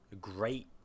great